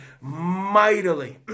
mightily